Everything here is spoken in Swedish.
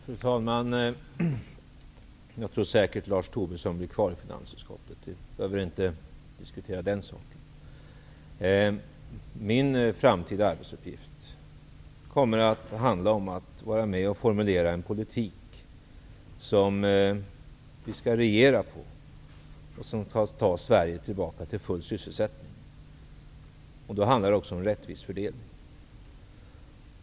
Fru talman! Jag tror säkert Lars Tobisson blir kvar i finansutskottet, så vi behöver inte diskutera den saken. Min framtida arbetsuppgift kommer att handla om att vara med och formulera en politik som vi skall regera på och som skall ta Sverige tillbaka till full sysselsättning. Då handlar det också om rättvis fördelning.